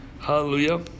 Hallelujah